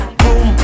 boom